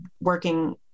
working